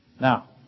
Now